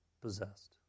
possessed